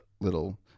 little